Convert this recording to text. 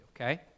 okay